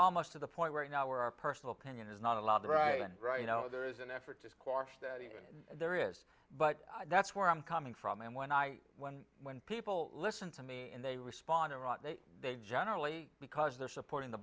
almost at the point right now where our personal opinion is not allowed the right and right there is an effort to squash that there is but that's where i'm coming from and when i when when people listen to me and they respond or not they they generally because they're supporting the